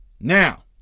Now